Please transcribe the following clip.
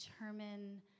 determine